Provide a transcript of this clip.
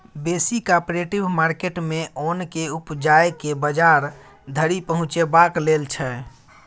बेसी cooperative market मे ओन केँ उपजाए केँ बजार धरि पहुँचेबाक लेल छै